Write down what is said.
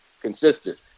consistent